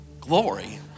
glory